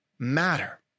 matter